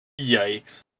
yikes